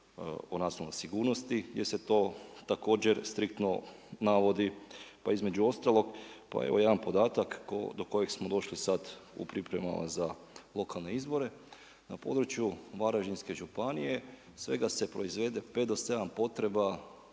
o nacionalnoj sigurnosti, gdje se to također striktno navodi. Pa između ostalog, pa evo jedan podatak do kojeg smo došli sad u pripremama za lokalne izbore. Na području Varaždinske županije svega se proizvede pet do sedam